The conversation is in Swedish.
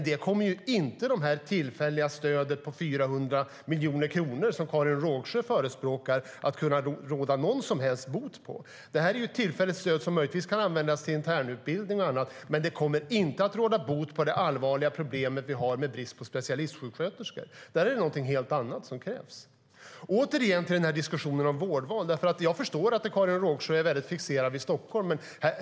Det kommer inte det tillfälliga stödet på 400 miljoner kronor som Karin Rågsjö förespråkar att kunna råda någon som helst bot på. STYLEREF Kantrubrik \* MERGEFORMAT Hälsovård, sjukvård och social omsorgJag kommer återigen till diskussionen om vårdval. Jag förstår att Karin Rågsjö är väldigt fixerad vid Stockholm.